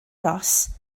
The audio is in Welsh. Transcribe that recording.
ros